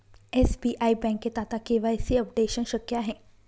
SBI बँकेत आता KYC updation शक्य आहे